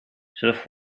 zullen